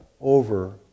over